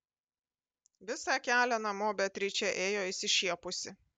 visą kelią namo beatričė ėjo išsišiepusi